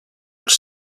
els